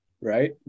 right